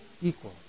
equal